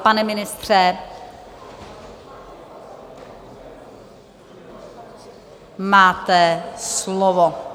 Pane ministře, máte slovo.